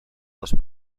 les